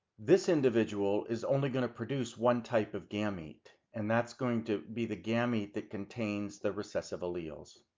this individual is only going to produce one type of gamete, and that's going to be the gamete that contains the recessive alleles.